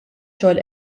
xogħol